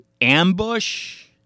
ambush